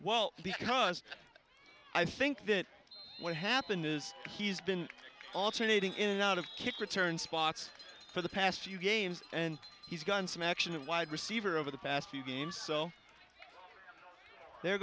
well because i think that what happened is he's been alternating in out of kick returns for the past few games and he's gotten some action of wide receiver over the past few games so there